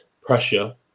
pressure